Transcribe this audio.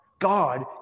God